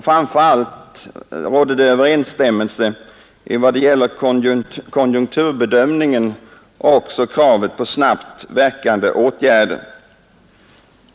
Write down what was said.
Framför allt rådde det överensstämmelse i vad det gäller konjunkturbedömningen samt i kravet på snabbt verkande åtgärder.